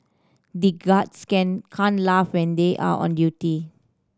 the guards can can't laugh when they are on duty